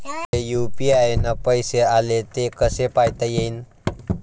मले यू.पी.आय न पैसे आले, ते कसे पायता येईन?